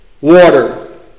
water